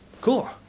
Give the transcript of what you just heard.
cool